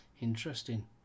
Interesting